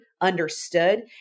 understood